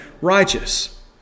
righteous